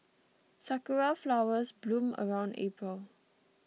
sakura flowers bloom around April